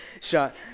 shot